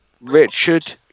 Richard